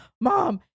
mom